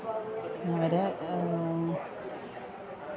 അവര്